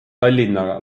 tallinna